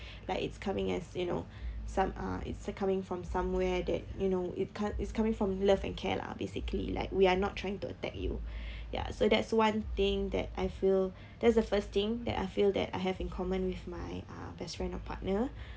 like it's coming as you know some uh it's uh coming from somewhere that you know it com~ it's coming from love and care lah basically like we are not trying to attack you ya so that's one thing that I feel that's the first thing that I feel that I have in common with my uh best friend or partner